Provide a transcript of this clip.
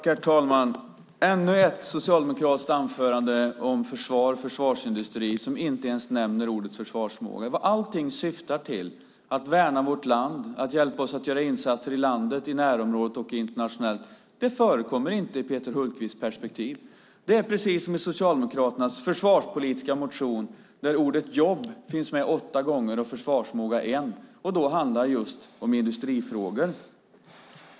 Herr talman! Det var ännu ett socialdemokratiskt anförande om försvaret och försvarsindustrin som inte ens nämner ordet "försvarsförmåga". Det som allting syftar till, att värna vårt land, att hjälpa oss att göra insatser i landet, närområdet och internationellt, förekommer inte i Peter Hultqvists perspektiv. Det är precis som i Socialdemokraternas försvarspolitiska motion där ordet "jobb" finns med åtta gånger och "försvarsförmåga" en och då handlar om just industrifrågor.